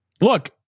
look